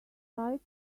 like